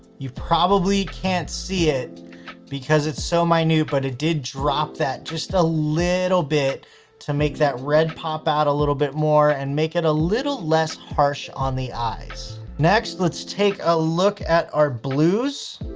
you probably can't see it because it's so minute, but it did drop that just a little bit to make that red pop out a little bit more and make it a little less harsh on the eyes. next, let's take a look at our blues.